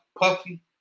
Puffy